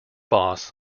boss